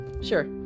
Sure